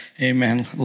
Amen